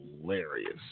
hilarious